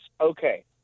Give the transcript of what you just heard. okay